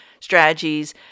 strategies